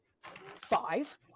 five